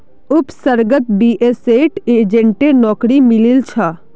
उपसर्गक बीएसईत एजेंटेर नौकरी मिलील छ